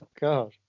God